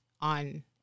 on